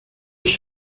iyi